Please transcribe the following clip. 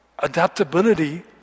Adaptability